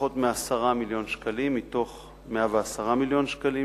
פחות מ-10 מיליוני שקלים מתוך 110 מיליון שקלים